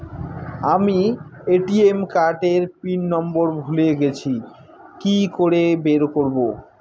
আমি ATM card এর PIN number ভুলে গেছি কি করে বের করব?